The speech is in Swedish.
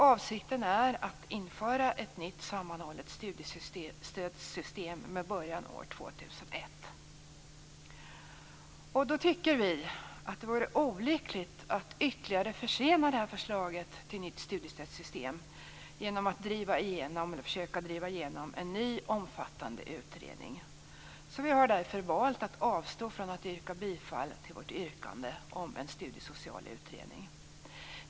Avsikten är att införa ett nytt sammanhållet studiestödssystem med början år 2001. Vi tycker att det vore olyckligt att ytterligare försena förslaget till nytt studiestödssystem genom att försöka driva igenom en ny omfattande utredning. Vi har därför valt att avstå från att yrka bifall till vårt yrkande om en studiesocial utredning.